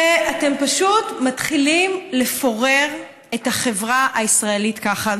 ואתם פשוט מתחילים לפורר את החברה הישראלית ככה.